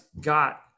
got